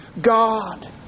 God